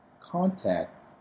contact